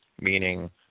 meaning